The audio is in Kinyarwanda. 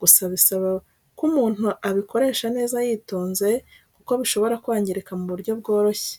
gusa biba bisaba ko umuntu abikoresha neza yitonze kuko bishobora kwangirika mu buryo bworoshye.